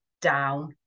down